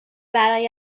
برای